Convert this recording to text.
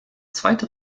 zweite